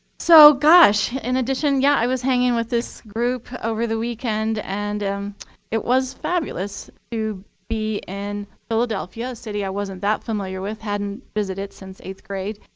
so gosh, in addition, yeah, i was hanging with this group over the weekend. and it was fabulous to be in philadelphia, a city i wasn't that familiar with, hadn't visited since eighth grade.